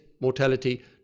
mortality